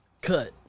Cut